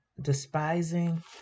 despising